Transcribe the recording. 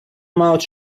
mouth